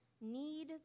need